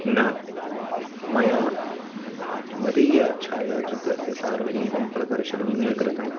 न मया मदीया छायाचित्रस्य सार्वजनिकं प्रदर्शनं न कृतम्